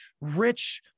rich